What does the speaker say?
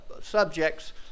subjects